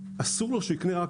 כל הדברים האלה חסרים לנו היום.